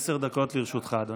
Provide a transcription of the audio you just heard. עשר דקות לרשותך, אדוני.